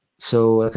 so like